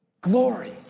Glory